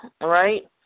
right